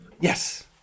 yes